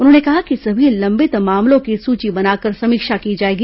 उन्होंने कहा कि सभी लंबित मामलों की सूची बनाकर समीक्षा की जाएगी